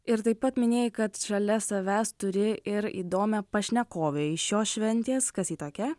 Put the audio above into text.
ir taip pat minėjai kad šalia savęs turi ir įdomią pašnekovę iš šios šventės kas ji tokia